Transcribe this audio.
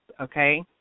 Okay